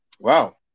Wow